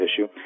issue